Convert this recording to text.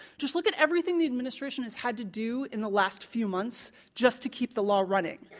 just look at everything the administration has had to do in the last few months just to keep the law running.